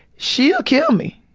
she'll kill me.